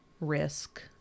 risk